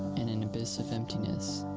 in an abyss of emptiness,